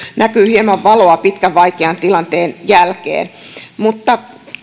näkyy hieman valoa pitkän vaikean tilanteen jälkeen mutta